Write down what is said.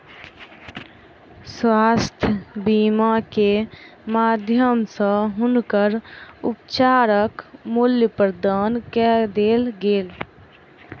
स्वास्थ्य बीमा के माध्यम सॅ हुनकर उपचारक मूल्य प्रदान कय देल गेल